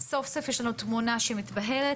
סוף-סוף יש לנו תמונה שמתבהרת,